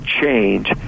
change